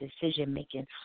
decision-making